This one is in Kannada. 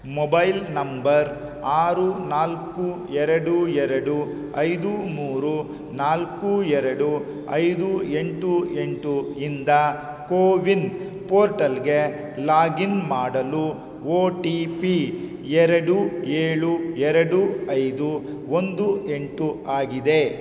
ಮೊಬೈಲ್ ನಂಬರ್ ಆರು ನಾಲ್ಕು ಎರಡು ಎರಡು ಐದು ಮೂರು ನಾಲ್ಕು ಎರಡು ಐದು ಎಂಟು ಎಂಟು ಇಂದ ಕೋವಿನ್ ಪೋರ್ಟಲ್ಗೆ ಲಾಗಿನ್ ಮಾಡಲು ಓ ಟಿ ಪಿ ಎರಡು ಏಳು ಎರೆಡು ಐದು ಒಂದು ಎಂಟು ಆಗಿದೆ